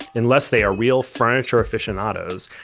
unless they are real furniture aficionados,